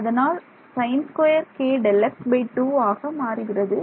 அதனால் ஆக மாறுகிறது